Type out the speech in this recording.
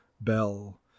bell